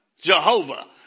Jehovah